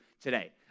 today